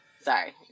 Sorry